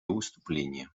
выступление